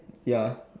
ya